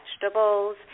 vegetables